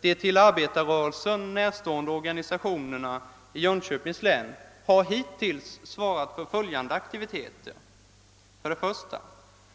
De arbetarrörelsen närstående organisationerna i Jönköpings län har hittills svarat för följande aktiviteter: 1)